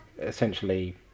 essentially